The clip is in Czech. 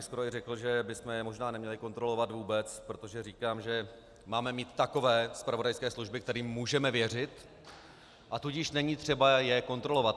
Skoro bych i řekl, že bychom je možná neměli kontrolovat vůbec, protože říkám, že máme mít takové zpravodajské služby, kterým můžeme věřit, a tudíž není třeba je kontrolovat.